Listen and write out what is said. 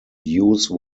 use